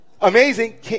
amazing